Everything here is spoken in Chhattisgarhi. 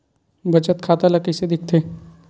बचत खाता ला कइसे दिखथे?